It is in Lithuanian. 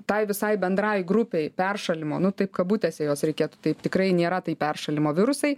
tai visai bendrai grupei peršalimo nu taip kabutėse juos reikėtų taip tikrai nėra tai peršalimo virusai